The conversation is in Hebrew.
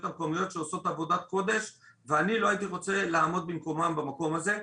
המקומיות שעושות עבודת קודש ואני לא הייתי רוצה לעמוד במקומם במקום הזה.